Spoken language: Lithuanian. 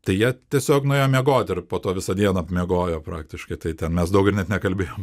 tai jie tiesiog nuėjo miegot ir po to visą dieną miegojo praktiškai tai ten mes daug ir net nekalbėjom